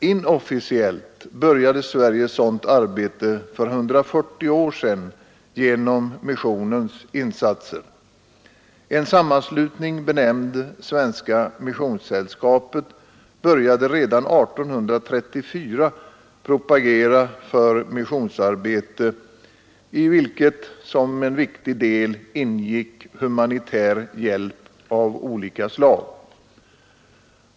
Inofficiellt började dock Sverige sådant arbete för 140 år sedan genom missionens insatser. En sammanslutning, benämnd Svenska Missionssällskapet, började redan år 1834 att propagera för missionsarbete, i vilket som en viktig del ingick humanitär hjälp av olika slag.